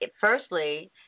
firstly –